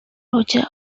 roger